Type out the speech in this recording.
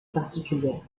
particulière